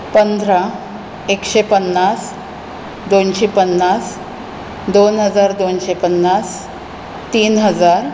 पंदरा एकशे पन्नास दोनशे पन्नास दोन हजार दोनशे पन्नास तीन हजार